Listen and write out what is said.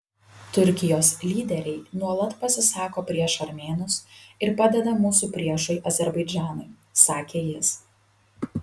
turkijos lyderiai nuolat pasisako prieš armėnus ir padeda mūsų priešui azerbaidžanui sakė jis